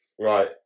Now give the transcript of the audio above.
Right